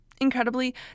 incredibly